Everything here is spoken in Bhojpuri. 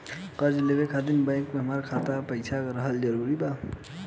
कर्जा लेवे खातिर बैंक मे हमरा खाता मे पईसा रहल जरूरी बा?